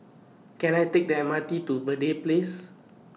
Can I Take The M R T to Verde Place